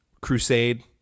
crusade